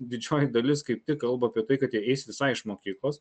didžioji dalis kaip tik kalba apie tai kad jie eis visai iš mokyklos